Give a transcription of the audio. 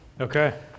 Okay